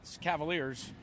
Cavaliers